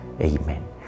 Amen